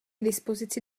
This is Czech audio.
dispozici